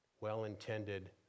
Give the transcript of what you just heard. well-intended